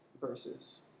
Versus